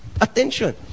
Attention